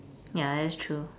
ya that's true